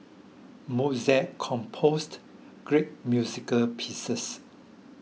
Mozart composed great musical pieces